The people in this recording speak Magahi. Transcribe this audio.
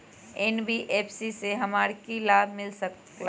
एन.बी.एफ.सी से हमार की की लाभ मिल सक?